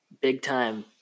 big-time